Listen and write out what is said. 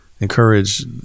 encourage